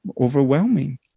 overwhelming